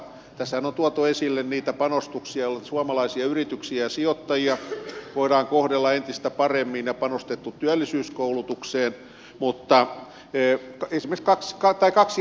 tässähän on tuotu esille niitä panostuksia joilla suomalaisia yrityksiä ja sijoittajia voidaan kohdella entistä paremmin ja panostettu työllisyyskoulutukseen uutta eec kysymys katiska tai kaksi